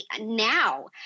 now